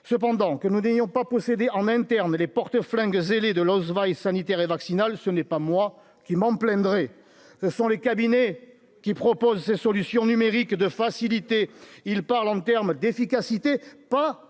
cependant que nous n'ayons pas posséder en interne et les porte-flingue zélé de Los vaille sanitaire et vaccinal, ce n'est pas moi qui m'en plaindrait, ce sont les cabinets qui propose des solutions numériques de facilité, il parle en termes d'efficacité, pas de libertés